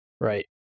Right